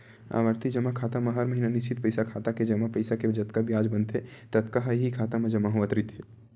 आवरती जमा खाता म हर महिना निस्चित पइसा खाता के जमा पइसा के जतका बियाज बनथे ततका ह इहीं खाता म जमा होवत रहिथे